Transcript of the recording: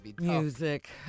music